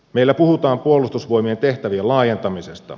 meillä puhutaan puolustusvoimien tehtävien laajentamisesta